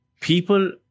people